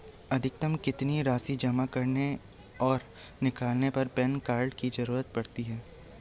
अधिकतम कितनी राशि जमा करने और निकालने पर पैन कार्ड की ज़रूरत होती है?